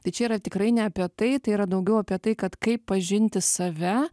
tai čia yra tikrai ne apie tai tai yra daugiau apie tai kad kaip pažinti save